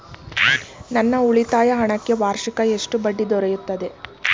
ನನ್ನ ಉಳಿತಾಯ ಹಣಕ್ಕೆ ವಾರ್ಷಿಕ ಎಷ್ಟು ಬಡ್ಡಿ ದೊರೆಯುತ್ತದೆ?